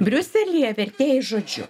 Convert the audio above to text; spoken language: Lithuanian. briuselyje vertėjai žodžiu